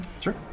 Sure